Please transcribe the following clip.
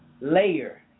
layer